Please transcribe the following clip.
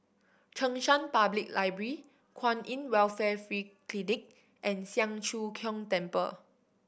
Cheng San Public Library Kwan In Welfare Free Clinic and Siang Cho Keong Temple